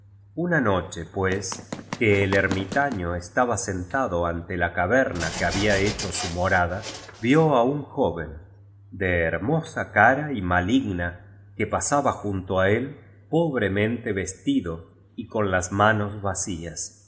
una noche pues que eí ermitaño estaba sentado ante la car verna que había hecho su morada vio á un joven de hermosa cara y maligna que pasaba junto á él pobremente vestido y con las manos vacías